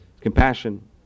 compassion